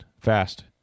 fast